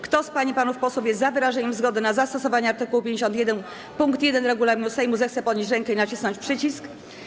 Kto z pań i panów posłów jest za wyrażeniem zgody na zastosowanie art. 51 pkt 1 regulaminu Sejmu, zechce podnieść rękę i nacisnąć przycisk.